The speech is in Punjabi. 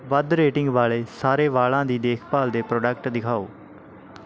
ਵੱਧ ਰੇਟਿੰਗ ਵਾਲੇ ਸਾਰੇ ਵਾਲਾਂ ਦੀ ਦੇਖਭਾਲ ਦੇ ਪ੍ਰੋਡਕਟ ਦਿਖਾਓ